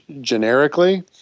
generically